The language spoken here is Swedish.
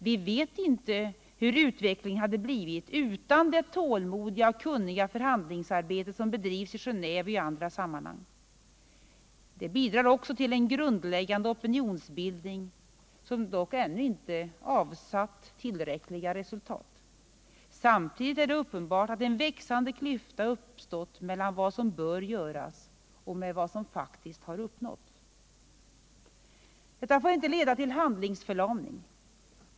Vi vet inte hur utvecklingen hade blivit utan det tålmodiga och kunniga förhandlingsarbete som bedrivs i Geneve i andra sammanhang. Det bidrar också till en grundläggande opinonsbildning, som dock ännu inte avsatt tillräckliga resultat. Samtidigt är det uppenbart att en växande klyfta uppstått mellan vad som bör göras och vad som faktiskt har uppnåtts. Detta får inte leda till handlingsförlamning.